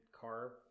car